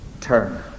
turn